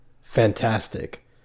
fantastic